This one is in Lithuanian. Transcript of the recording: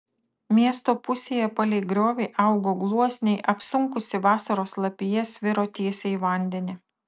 miesto pusėje palei griovį augo gluosniai apsunkusi vasaros lapija sviro tiesiai į vandenį